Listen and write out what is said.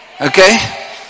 Okay